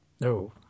No